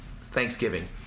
Thanksgiving